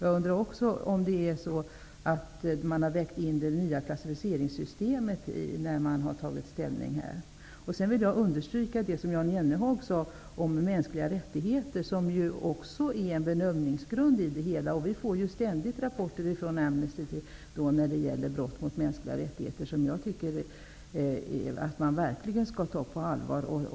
Jag undrar också om man har vägt in det nya klassificeringssystemet när man har tagit ställning. Jag vill understryka det Jan Jennehag sade om mänskliga rättigheter. Den frågan utgör ju också en bedömningsgrund. Vi får ständigt rapporter från Amnesty om brott mot mänskliga rättigheter som jag tycker att man verkligen skall ta på allvar.